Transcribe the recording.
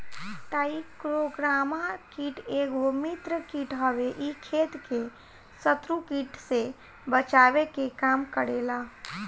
trichogramma कीट एगो मित्र कीट हवे इ खेत के शत्रु कीट से बचावे के काम करेला